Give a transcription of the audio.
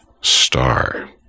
star